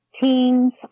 teens